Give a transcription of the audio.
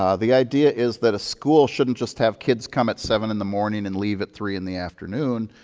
um the idea is that a school shouldn't just have kids come at seven in the morning and leave at three in the afternoon.